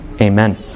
Amen